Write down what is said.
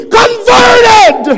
converted